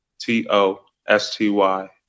T-O-S-T-Y